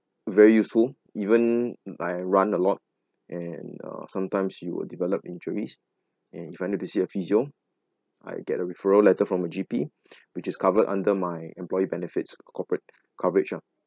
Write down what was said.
very useful even I run a lot and uh sometimes we will develop injuries and if I need to see a physio I get a referral letter from a G_P which is covered under my employee benefits corporate coverage ah